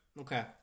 Okay